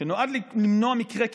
שנועד למנוע מקרי קיצון,